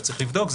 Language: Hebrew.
וצריך לבדוק,